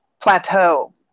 plateau